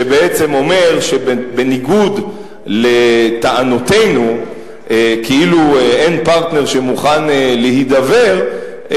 שבעצם אומר שבניגוד לטענותינו שאין פרטנר שמוכן להידבר,